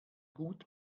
gut